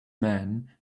man